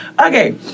Okay